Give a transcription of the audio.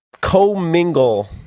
co-mingle